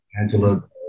Angela